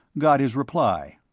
got his reply.